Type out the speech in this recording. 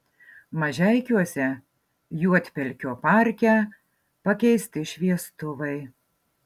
mažeikiuose juodpelkio parke pakeisti šviestuvai